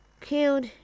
Killed